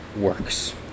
works